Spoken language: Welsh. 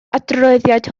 adroddiad